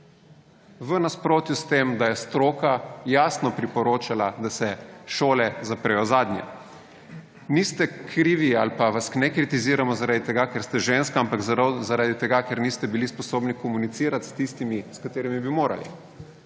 V nasprotju s tem, da je stroka jasno priporočala, da se šole zaprejo zadnje. Niste krivi ali pa vas ne kritiziramo zaradi tega, ker ste ženska, ampak zaradi tega, ker niste bili sposobni komunicirati s tistimi, s katerimi bi morali